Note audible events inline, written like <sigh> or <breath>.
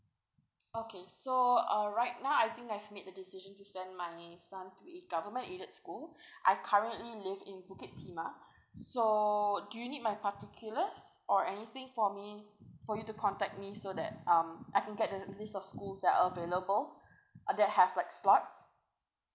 okay so uh right now I've made the decision to send my son to a government aided school <breath> I currently live in bukit timah so do you need my particulars or anything for me for you to contact me so that um I can get the list of schools that are available uh that have like slots